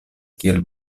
kiel